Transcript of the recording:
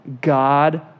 God